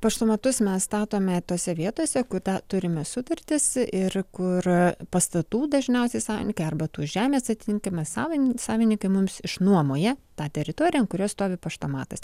paštomatus mes statome tose vietose kur turime sutartis ir kur pastatų dažniausiai savininkai arba tų žemės atitinami savin savininkai mums išnuomoja tą teritoriją ant kurios stovi paštomatas